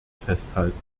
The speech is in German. festhalten